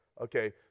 Okay